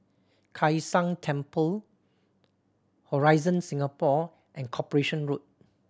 Kai San Temple Horizon Singapore and Corporation Road